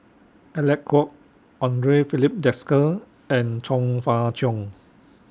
Alec Kuok Andre Filipe Desker and Chong Fah Cheong